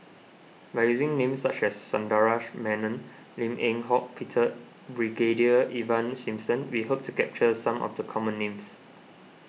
by using names such as Sundaresh Menon Lim Eng Hock Peter Brigadier Ivan Simson we hope to capture some of the common names